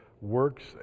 works